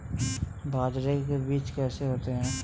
बाजरे के बीज कैसे होते हैं?